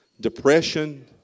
depression